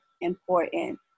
important